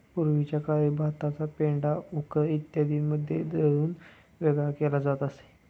पूर्वीच्या काळी भाताचा पेंढा उखळ इत्यादींमध्ये दळून वेगळा केला जात असे